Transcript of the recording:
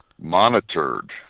monitored